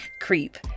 Creep